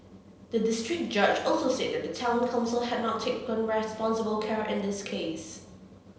the district judge also said that the Town Council had not taken responsible care in this case